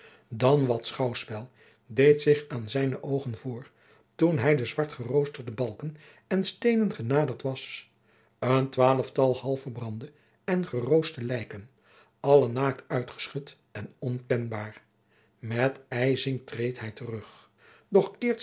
dan wat schouwspel deed zich aan zijne oogen voor toen hij de zwartgerooste balken en steenen genaderd was een twaalftal half verbrandde en geroostte lijken alle naakt uitgeschud en onkenbaar met ijzing treedt hij terug doch